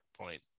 point